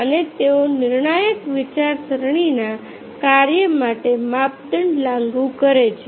અને તેઓ નિર્ણાયક વિચારસરણીના કાર્ય માટે માપદંડ લાગુ કરે છે